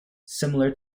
similar